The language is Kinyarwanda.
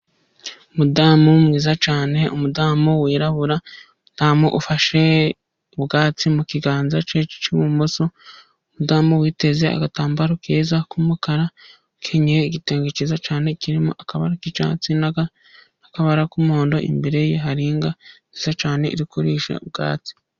Umudamu mwiza cyane umudamu wirabura, umudamu ufashe ubwatsi mu kiganza cy'ibumoso. Umudamu witeze agatambaro keza k'umukara akenyeye igitenge cyiza cyane kirimo akabara k'icyatsi n'akabara k'umuhondo, imbere ye hari inka nziza cyane iri kurisha ubwatsi.